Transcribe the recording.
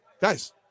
guys